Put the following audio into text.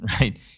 right